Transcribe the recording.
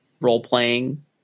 role-playing